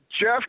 Jeff